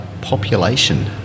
population